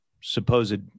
supposed